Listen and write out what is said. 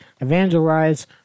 evangelize